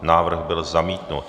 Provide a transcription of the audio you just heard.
Návrh byl zamítnut.